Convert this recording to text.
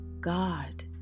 God